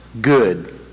good